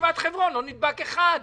בישיבת חברון לא נדבק אף אחד.